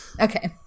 Okay